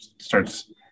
starts